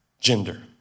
gender